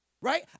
Right